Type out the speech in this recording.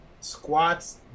squats